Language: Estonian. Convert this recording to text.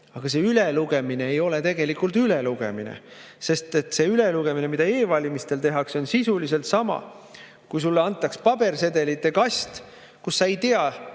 aga see ülelugemine ei ole tegelikult ülelugemine. See ülelugemine, mida e-valimistel tehakse, on sisuliselt sama, kui sulle antakse pabersedelite kast, mille puhul sa ei tea, ei